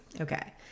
Okay